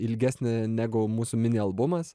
ilgesnė negu mūsų mini albumas